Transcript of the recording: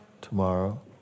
Tomorrow